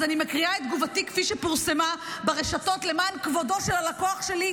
אז אני מקריאה את תגובתי כפי שפורסמה ברשתות למען כבודו של הלקוח שלי,